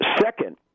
Second